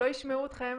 לא ישמעו אתכם.